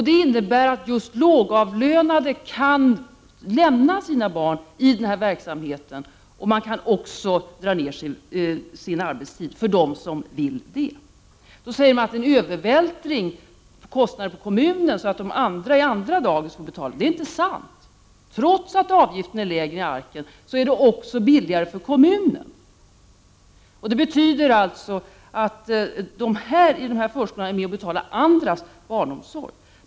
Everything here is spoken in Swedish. Det innebär att just lågavlönade kan lämna sina barn i denna verksamhet och att de som vill kan minska sin arbetstid. Då sägs det att det sker en övervältring av kostnader på kommunen, så att de som har barn i andra dagis får betala detta. Det är inte sant. Trots att avgiften är lägre i Arken är det också billigare för kommunen. Det betyder att de som har barn i sådana här förskolor är med om att betala andras barnomsorg.